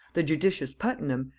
the judicious puttenham,